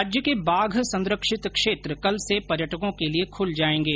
राज्य के बाघ संरक्षित क्षेत्र कल से पर्यटकों के लिए खुल जायेंगे